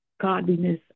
godliness